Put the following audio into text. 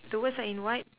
the words are in white